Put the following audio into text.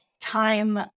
time